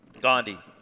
Gandhi